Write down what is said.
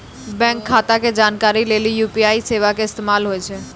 bank खाता के जानकारी लेली यू.पी.आई सेबा के इस्तेमाल होय छै